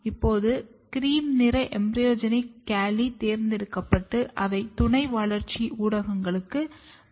இப்போது கிரீம் நிற எம்பிரோஜெனிக் காலி தேர்ந்தெடுக்கப்பட்டு அவை துணை வளர்ச்சி ஊடகங்களில் வைக்கப்படுகின்றன